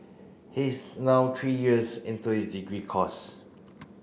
he is now three years into his degree course